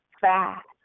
fast